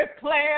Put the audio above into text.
plan